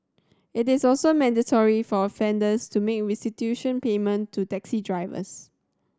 it is also mandatory for offenders to make restitution payment to taxi drivers